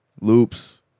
Loops